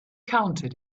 counted